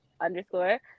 underscore